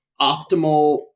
optimal